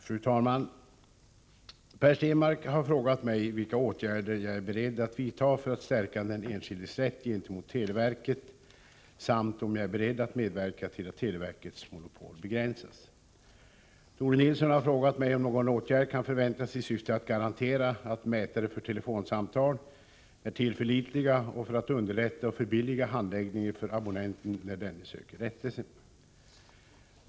Fru talman! Per Stenmarck har frågat mig vilka åtgärder jag är beredd att vidta för att stärka den enskildes rätt gentemot televerket samt om jag är beredd att medverka till att televerkets monopol begränsas. Tore Nilsson har frågat mig om någon åtgärd kan förväntas i syfte att garantera att mätare för telefonsamtal är tillförlitliga och för att underlätta och förbilliga handläggningen för abonnenten när denne söker rättelse.